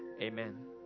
Amen